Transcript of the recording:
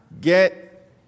get